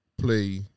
play